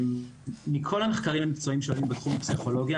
מכל המחקרים המקצועיים שראינו בתחום פסיכולוגיה,